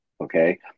Okay